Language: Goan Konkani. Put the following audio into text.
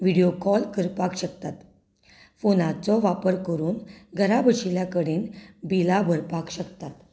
विडियो कॉल करपाक शकतात फोनाचो वापर करून घरा बशिल्ल्या कडेन बिलां भरपाक शकतात